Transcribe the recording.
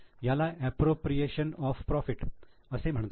याला 'appropriation of profit' असे म्हणतात